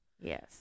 Yes